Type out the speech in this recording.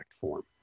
form